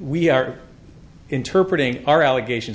we are interpret ing our allegations